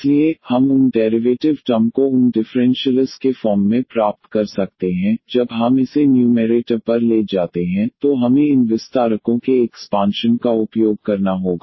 इसलिए हम उन डेरिवेटिव टर्म को उन डिफरेंशियलस् के फॉर्म में प्राप्त कर सकते हैं जब हम इसे न्यूमैरेटर पर ले जाते हैं तो हमें इन विस्तारकों के एक्सपांशन का उपयोग करना होगा